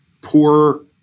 poor